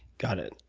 got it.